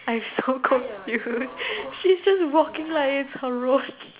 I'm so confuse she's just walking like its her road